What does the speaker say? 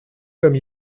comme